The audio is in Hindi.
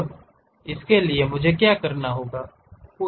अब इसके लिए मुझे क्या करना होगा